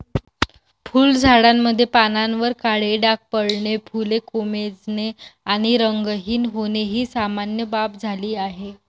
फुलझाडांमध्ये पानांवर काळे डाग पडणे, फुले कोमेजणे आणि रंगहीन होणे ही सामान्य बाब झाली आहे